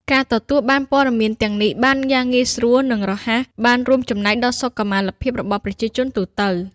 ការទទួលបានព័ត៌មានទាំងនេះបានយ៉ាងងាយស្រួល និងរហ័ស បាន រួមចំណែកដល់សុខុមាលភាព របស់ប្រជាជនទូទៅ។